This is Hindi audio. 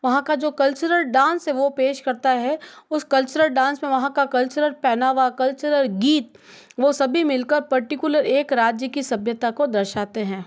वहाँ का जो कल्चर डांस है वह पेश करता है उसे कल्चर डांस में वहाँ का कल्चर पहनावा कल्चरल गीत वो सभी मिलकर पर्टिक्युलर एक राज्य कि सभ्यता को दर्शाते हैं